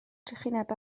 trychineb